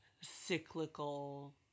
cyclical